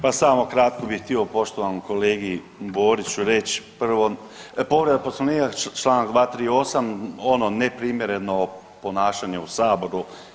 Pa samo kratko bi htio poštovanom kolegi Boriću reći prvo, povreda Poslovnika Članak 238., ono neprimjerno ponašanje u saboru.